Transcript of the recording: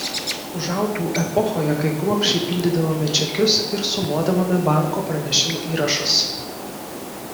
užaugau epochoje kai kruopščiai pildydavome čekius ir sumuodavome banko pranešimų įrašus